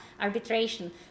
arbitration